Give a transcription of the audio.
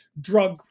drug